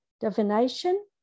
divination